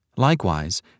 Likewise